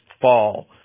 fall